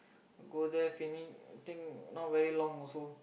go there fill in thing not very long also